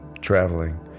traveling